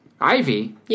Ivy